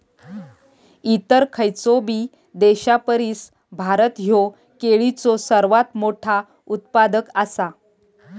इतर खयचोबी देशापरिस भारत ह्यो केळीचो सर्वात मोठा उत्पादक आसा